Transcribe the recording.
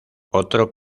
otro